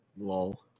Lol